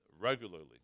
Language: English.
regularly